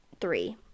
three